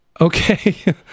Okay